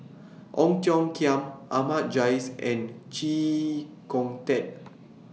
Ong Tiong Khiam Ahmad Jais and Chee Kong Tet